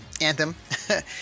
Anthem